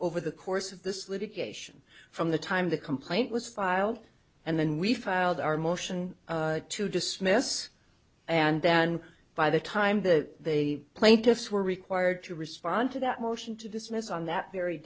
over the course of this litigation from the time the complaint was filed and then we filed our motion to dismiss and then by the time the plaintiffs were required to respond to that motion to dismiss on that very